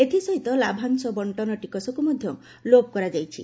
ଏଥିସହିତ ଲାଭାଂଶ ବଣ୍ଟନ ଟିକସକୁ ମଧ୍ୟ ଲୋପ୍ କରାଯାଇଛି